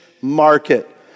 market